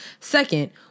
Second